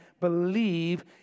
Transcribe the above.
believe